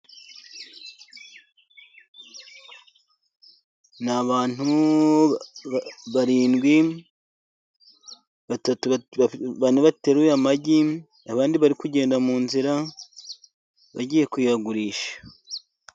Ni abantu barindwi, bane bateruye amagi, abandi bari kugenda munzira ,bagiye kuyagurisha.